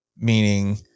Meaning